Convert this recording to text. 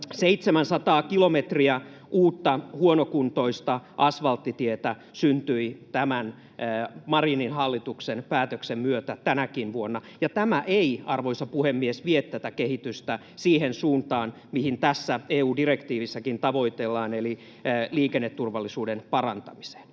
700 kilometriä uutta huonokuntoista asfalttitietä syntyi Marinin hallituksen päätöksen myötä tänäkin vuonna, ja tämä ei, arvoisa puhemies, vie tätä kehitystä siihen suuntaan, mitä tässä EU-direktiivissäkin tavoitellaan, eli liikenneturvallisuuden parantamiseen.